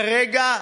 כרגע,